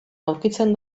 aurkitzen